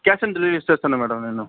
cash on delivery ఇచ్చేస్తాను madam నేను